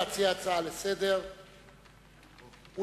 להציע הצעה לסדר-היום שמספרה 361,